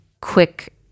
quick